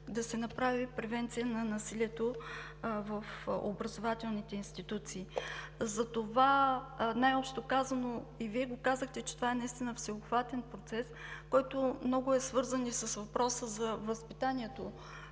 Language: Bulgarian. да се направи превенция на насилието в образователните институции. Най-общо казано – и Вие казахте, че това наистина е всеобхватен процес, свързан и с въпроса за възпитанието,